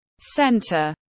Center